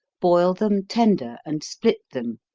boil them tender, and split them,